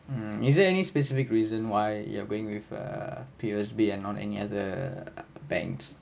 mm is there any specific reason why you're going with err P_O_S_B and not any other banks